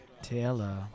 Taylor